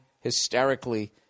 hysterically